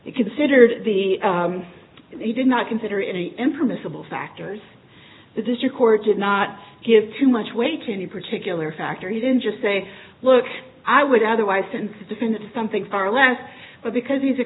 it considered the he did not consider any impermissible factors the district court did not give too much weight to any particular factor he didn't just say look i would otherwise since it's been something far less well because he's a